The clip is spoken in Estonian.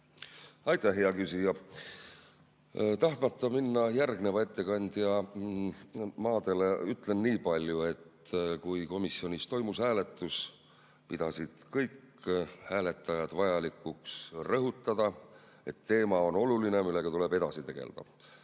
Aitäh, hea küsija! Tahtmata minna järgneva ettekandja maadele, ütlen niipalju, et kui komisjonis toimus hääletus, pidasid kõik hääletajad vajalikuks rõhutada, et teema on oluline, sellega tuleb edasi tegeleda,